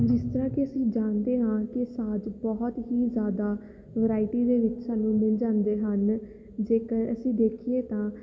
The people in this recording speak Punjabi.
ਜਿਸ ਤਰ੍ਹਾਂ ਕਿ ਅਸੀਂ ਜਾਣਦੇ ਹਾਂ ਕਿ ਸਾਜ਼ ਬਹੁਤ ਹੀ ਜ਼ਿਆਦਾ ਵਰਾਇਟੀ ਦੇ ਵਿੱਚ ਸਾਨੂੰ ਮਿਲ ਜਾਂਦੇ ਹਨ ਜੇਕਰ ਅਸੀਂ ਦੇਖੀਏ ਤਾਂ